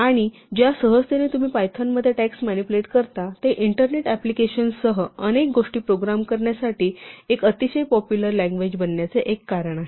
आणि ज्या सहजतेने तुम्ही पायथॉन मध्ये टेक्स्ट मॅनिप्युलेट करता ते इंटरनेट अप्लिकेशनसह अनेक गोष्टी प्रोग्राम करण्यासाठी एक अतिशय पॉप्युलर लँग्वेज बनण्याचे एक कारण आहे